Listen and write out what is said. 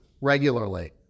regularly